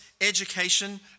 education